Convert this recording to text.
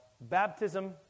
baptism